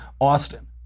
Austin